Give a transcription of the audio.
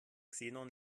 xenon